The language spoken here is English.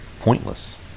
pointless